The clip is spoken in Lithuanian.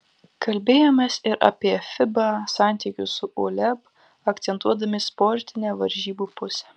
kalbėjomės ir apie fiba santykius su uleb akcentuodami sportinę varžybų pusę